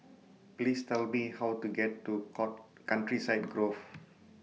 Please Tell Me How to get to call Countryside Grove